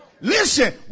Listen